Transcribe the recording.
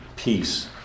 Peace